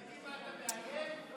מיקי, מה, אתה מאיים?